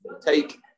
take